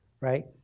right